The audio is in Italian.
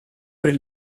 per